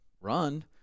run